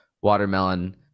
watermelon